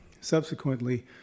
subsequently